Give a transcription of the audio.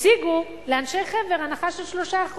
השיגו לאנשי "חבר" הנחה של 3%,